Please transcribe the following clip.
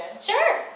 Sure